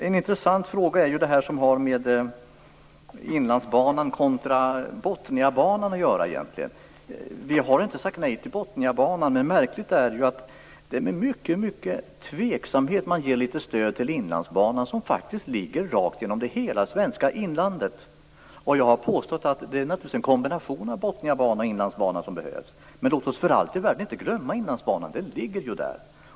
En intressant fråga är den som gäller Inlandsbanan kontra Botniabanan. Vi har inte sagt nej till Botniabanan. Det är märkligt att man med stor tveksamhet ger litet stöd till Inlandsbanan, som faktiskt går genom hela svenska inlandet. Jag har påstått att det som behövs är en kombination av Inlandsbanan och Botniabanan. Låt oss för allt i världen inte glömma Inlandsbanan. Den ligger ju där!